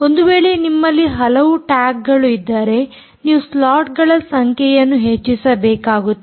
ಒಂದು ವೇಳೆ ನಿಮ್ಮಲ್ಲಿ ಹಲವು ಟ್ಯಾಗ್ಗಳು ಇದ್ದರೆ ನೀವು ಸ್ಲಾಟ್ಗಳ ಸಂಖ್ಯೆಯನ್ನು ಹೆಚ್ಚಿಸಬೇಕಾಗುತ್ತದೆ